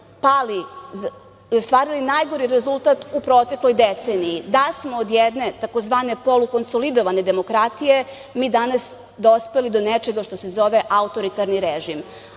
pali i ostvarili najgori rezultat u protekloj deceniji, da smo od jedne tzv. polukonsolidovane demokratije mi danas dospeli do nečega što se zove autoritarni režim,